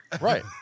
Right